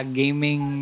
gaming